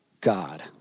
God